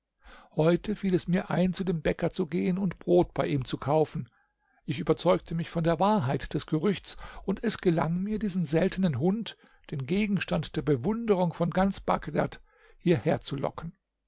heute fiel es mir ein zu dem bäcker zu gehen und brot bei ihm zu kaufen ich überzeugte mich von der wahrheit des gerüchts und es gelang mir diesen seltenen hund den gegenstand der bewunderung von ganz bagdad hierher zu locken